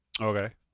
Okay